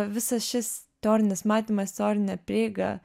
visas šis teorinis matymas teorinė prieiga